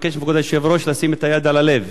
כבוד היושב-ראש, אני מבקש לשים את היד על הלב.